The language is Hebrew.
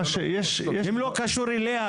אם זה לא קשור אליה,